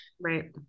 right